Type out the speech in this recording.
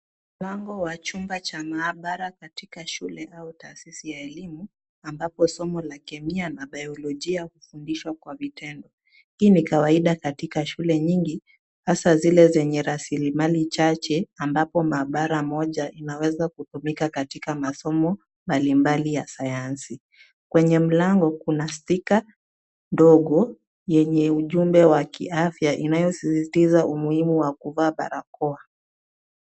Mlango wa chumba cha maabara katika shule au taasisi ya elimu ambapo somo la kemia na biolojia hufundishwa kwa vitendo. Hii ni kawaida katika shule nyingi hasa zile zenye rasilimali chache ambapo maabara moja inaweza kutumika katika masomo mbalimbali ya sayansi. Kwenye mlango kuna stika ndogo yenye ujumbe wa kiafya inayosisitiza umuhimu wa kuvaa barakoa.